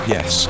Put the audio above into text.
Yes